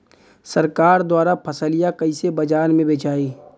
सरकार द्वारा फसलिया कईसे बाजार में बेचाई?